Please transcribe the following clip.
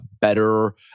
better